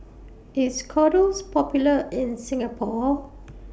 IS Kordel's Popular in Singapore